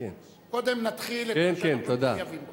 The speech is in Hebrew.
קודם נתחיל את מה שאנחנו חייבים בו.